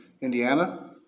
Indiana